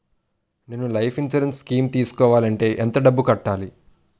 నేను life insurance scheme తీసుకోవాలంటే ఎంత డబ్బు కట్టాలి?